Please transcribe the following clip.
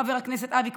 חבר הכנסת אבי,